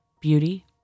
beauty